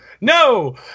no